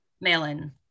mail-in